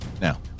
now